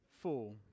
four